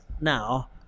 Now